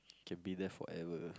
can be there forever